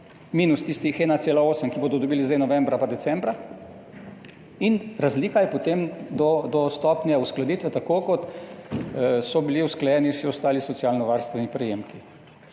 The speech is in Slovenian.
minus tisti 1,8 %, ki ga bodo dobili zdaj novembra in decembra in razlika je potem do stopnje uskladitve, tako kot so bili usklajeni vsi ostali socialnovarstveni prejemki.